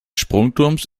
sprungturms